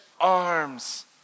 arms